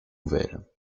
nouvelles